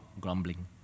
grumbling